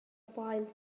blaen